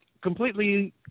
Completely